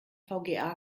vga